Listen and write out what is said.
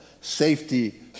safety